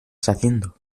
haciendo